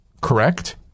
correct